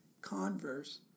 Converse